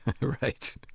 Right